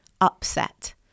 upset